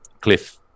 cliff